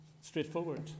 straightforward